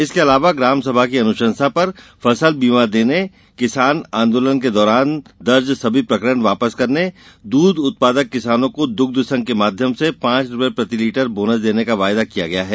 इसके अलावा ग्राम सभा की अनुशंसा पर फसल बीमा देने किसान आंदोलन के दौरान दर्ज सभी प्रकरण वापस करने दूध उत्पादक किसानों को दुग्ध संघ के माध्यम से पांच रुपए प्रति लीटर बोनस देने का वायदा किया है